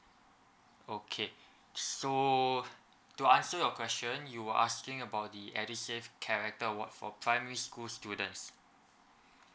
okay s~ so to answer your question you were asking about the edusave character award for primary school students